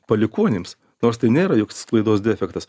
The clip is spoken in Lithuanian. palikuonims nors tai nėra joks sklaidos defektas